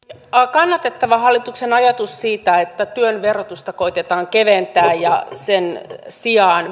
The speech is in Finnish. kannatettava hallituksen ajatusta siitä että työn verotusta koetetaan keventää ja sen sijaan